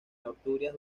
asturias